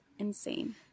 insane